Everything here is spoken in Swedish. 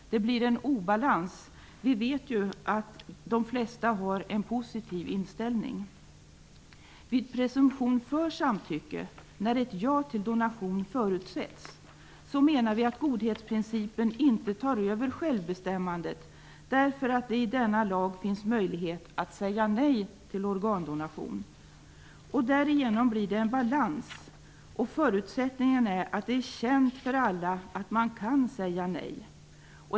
Det blir en obalans. Vi vet ju att de flesta har en positiv inställning. Vid presumtion för samtycke, när ett ja till donation förutsätts, menar vi att godhetsprincipen inte tar över självbestämmandeprincipen, eftersom det i denna lag finns möjlighet att säga nej till organdonation. Därigenom blir det en balans, och förutsättningen är att det är känt för alla att man kan säga nej.